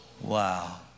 Wow